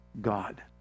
God